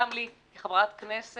גם לי כחברת כנסת.